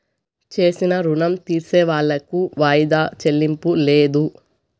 చేసిన రుణం తీర్సేవాళ్లకు వాయిదా చెల్లింపు లేదు